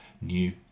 new